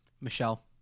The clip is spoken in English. michelle